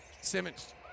Simmons